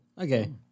okay